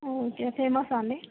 okay ఫేమస్సా అండీ